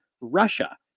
Russia